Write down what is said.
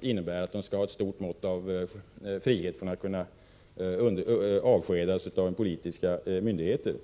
innebär att man skall ha ett stort mått av frihet från att kunna avskedas av politiska myndigheter.